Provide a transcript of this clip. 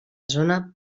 zona